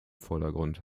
vordergrund